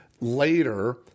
later